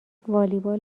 والیبال